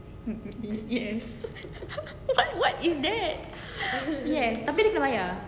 yes what what is that yes tapi kena bayar